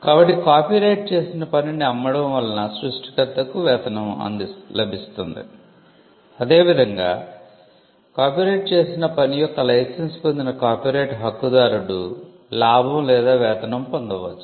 కాబట్టి కాపీరైట్ చేసిన పనిని అమ్మడం వలన సృష్టికర్తకు వేతనం లభిస్తుంది అదేవిధంగా కాపీరైట్ చేసిన పని యొక్క లైసెన్స్ పొందిన కాపీరైట్ హక్కుదారుడు లాభం లేదా వేతనం పొందవచ్చు